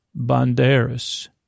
Banderas